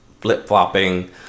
flip-flopping